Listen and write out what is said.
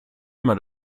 immer